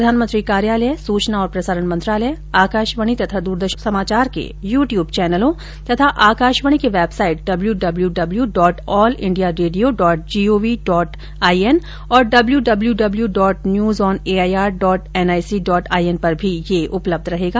प्रधानमंत्री कार्यालय सूचना और प्रसारण मंत्रालय आकाशवाणी तथा दूरदर्शन समाचार के यू ट्यूब चैनलों तथा आकाशवाणी की website W W W dot all India radio dot GOV dot IN और W W W dot news on AIR dot NIC dot IN पर भी यह उपलब्ध रहेगा